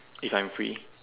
if I'm free